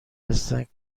هستند